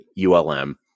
ULM